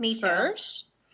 first